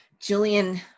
Jillian